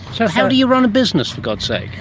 so how do you run a business for god's sake?